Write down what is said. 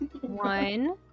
One